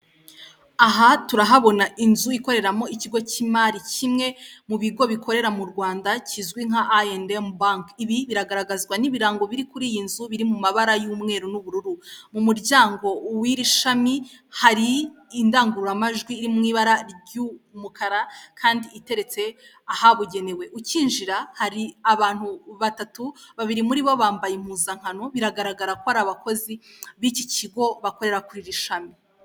Aha turahabona inzu ikoreramo ikigo cy'imari kimwe mu bigo bikorera mu Rwanda kizwi nka I&M bank. Ibi biragaragazwa n'ibirango biri kuri iyi nzu, biri mu mabara y'umweru n'ubururu. Mu muryango w'iri shami hari indangururamajwi ibara ry'umukara kandi iteretse ahabugenewe. Ukinjira, hari abantu batatu, babiri muri bo bambaye impuzankano, biragaragara ko ari abakozi b'iki kigo bakorera kuri iri shami.